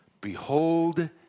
Behold